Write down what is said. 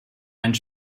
einen